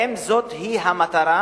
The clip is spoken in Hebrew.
האם זאת המטרה?